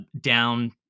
down